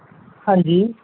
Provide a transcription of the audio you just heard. ਹਾਂਜੀ